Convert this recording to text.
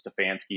Stefanski